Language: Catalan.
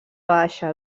baixa